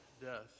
death